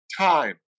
time